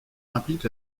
implique